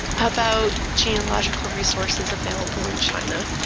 about genealogical resources available in china.